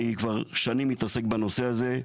אני כבר שנים מתעסק בנושא הזה,